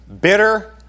bitter